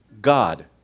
God